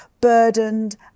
burdened